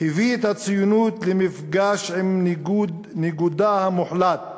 הביא את הציונות למפגש עם ניגודה המוחלט